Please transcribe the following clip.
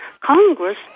Congress